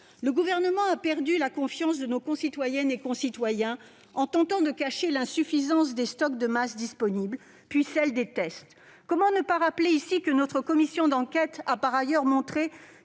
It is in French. Le Gouvernement a perdu la confiance de nos concitoyennes et de nos concitoyens en tentant de cacher l'insuffisance des stocks de masques disponibles, puis celle des tests. Comment ne pas rappeler ici que notre commission d'enquête a par ailleurs mis